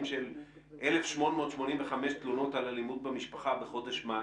של 1,885 תלונות על אלימות במשפחה בחודש מאי.